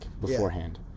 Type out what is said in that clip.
beforehand